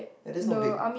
ya that's not big